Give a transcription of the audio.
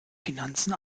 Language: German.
finanzen